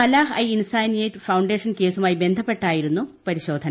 Falah i Insaniyat foundation കേസുമായി ബന്ധപ്പെട്ടായിരുന്നു പരിശോധന